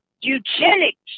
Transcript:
eugenics